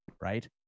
right